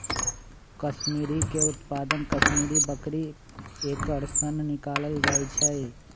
कस्मिरीके उत्पादन कस्मिरि बकरी एकर सन निकालल जाइ छै